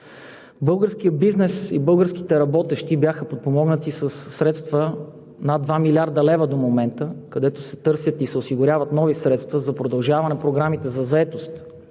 Българският бизнес и българските работещи бяха подпомогнати със средства над 2 млрд. лв. до момента, когато се търсят и се осигуряват нови средства за продължаване на програмите за заетост